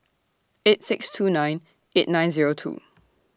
eight six two nine eight nine Zero two